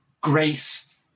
grace